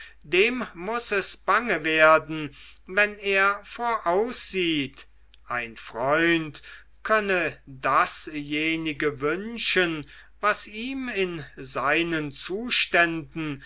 dem muß es bange werden wenn er voraussieht ein freund könne dasjenige wünschen was ihm in seinen zuständen